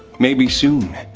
maybe soon.